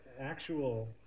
actual